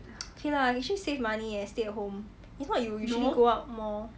okay lah actually save money eh stay at home if not you usually go out more